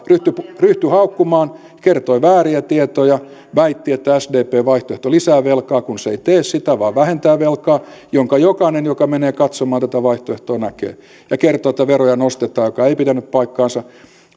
ryhtyi ryhtyi haukkumaan kertoi vääriä tietoja väitti että sdpn vaihtoehto lisää velkaa kun se ei tee sitä vaan vähentää velkaa minkä jokainen joka menee katsomaan tätä vaihtoehtoa näkee ja kertoi että veroja nostetaan mikä ei pitänyt paikkaansa